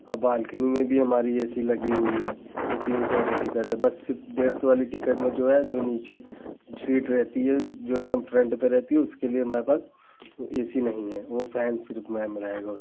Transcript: और बालकनी में भी हमारी ए सी लगी हुई है जो तीन सौ वाले टिकट है बस सिर्फ डेढ़ सौ वाले टिकट में जो है जो नीचे सीट रहती है जो एकदम फ्रन्ट पर रहती है उसके लिए हमारे पास वह ए सी नहीं है वहाँ फैन सिर्फ मैम रहेगा उसमें